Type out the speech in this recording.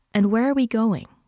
and where are we going?